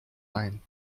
ein